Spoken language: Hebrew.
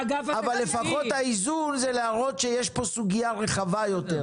לפחות לשם האיזון צריך להראות שיש פה סוגיה רחבה יותר.